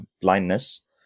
blindness